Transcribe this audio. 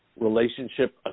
relationship